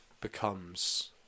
becomes